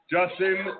Justin